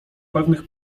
pewnych